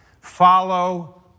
Follow